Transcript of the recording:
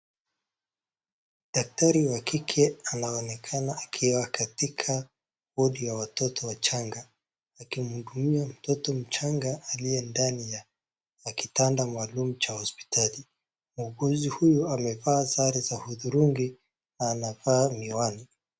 Daktari wa kike anaonekana akiwa katika wodi ya watoto wachanga akimhudumia mtoto mchanga aliye ndani ya kitanda maalum cha hospitali. Muuguzi huyu amevaa sare za hudhurungi na anavaa miwani.